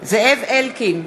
אלקין,